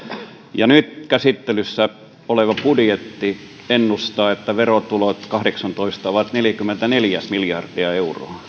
ja nyt käsittelyssä oleva budjetti ennustaa että verotulot vuonna kaksituhattakahdeksantoista ovat neljäkymmentäneljä miljardia euroa